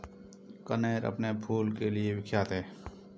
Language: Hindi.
कनेर अपने फूल के लिए विख्यात है